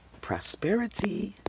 Prosperity